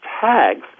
tags